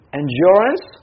endurance